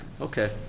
okay